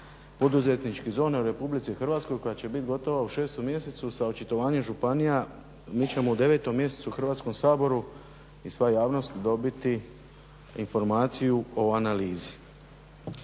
poduzetničkih zona u RH koja će biti gotova u 6. mjesecu sa očitovanjem županija. Mi ćemo u 9. mjesecu u Hrvatskom saboru i sva javnost dobiti informaciju o analizi.